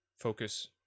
focus